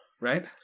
right